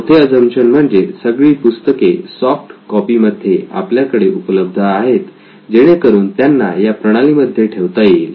चौथे अझम्पशन म्हणजे सगळी पुस्तके सॉफ्ट कॉपी मध्ये आपल्याकडे उपलब्ध आहेत जेणेकरून त्यांना या प्रणाली मध्ये ठेवता येईल